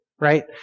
Right